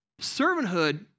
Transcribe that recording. Servanthood